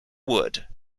would